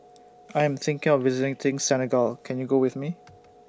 I Am thinking of visiting Sin Senegal Can YOU Go with Me